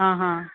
आं हां